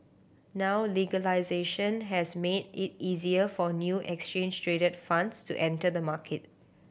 now legalisation has made it easier for new exchange traded funds to enter the market